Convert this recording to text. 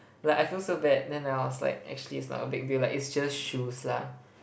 like I feel so bad then I was like actually it's not a big deal lah it's just shoes lah